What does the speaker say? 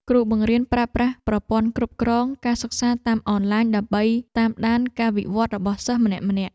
គ្រូបង្រៀនប្រើប្រាស់ប្រព័ន្ធគ្រប់គ្រងការសិក្សាតាមអនឡាញដើម្បីតាមដានការវិវត្តរបស់សិស្សម្នាក់ៗ។